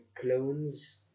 clones